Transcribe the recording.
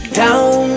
down